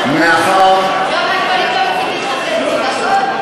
טוב שבא יושב-ראש ועדת החינוך.